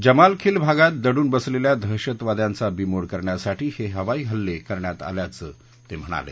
जमाल खिल भागात दडून बसलेल्या दहशतवाद्यांचा बिमोड करण्यासाठी हे हवाई हवले करण्यात आल्याचं ते म्हणाले